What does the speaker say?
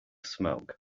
smoke